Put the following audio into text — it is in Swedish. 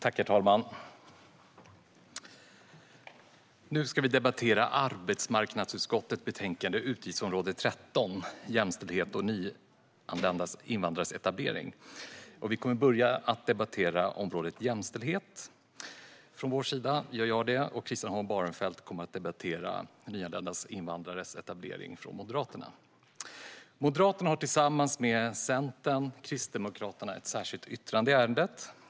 Herr talman! Nu ska vi debattera arbetsmarknadsutskottets betänkande Utgiftsområde 13 Jämställdhet och nyanlända invandrares etablering . Vi kommer att börja med att debattera området jämställdhet. Från vår sida är det jag som gör det, och Christian Holm Barenfeld kommer att debattera nyanlända invandrares etablering. Moderaterna har tillsammans med Centern och Kristdemokraterna ett särskilt yttrande i ärendet.